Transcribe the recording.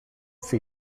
for